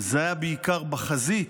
זה היה בעיקר בחזית,